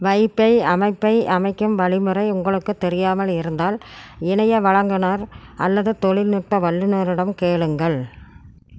wifi அமைப்பை அமைக்கும் வழிமுறை உங்களுக்குத் தெரியாமல் இருந்தால் இணைய வழங்குனர் அல்லது தொழில்நுட்ப வல்லுநரிடம் கேளுங்கள்